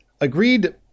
agreed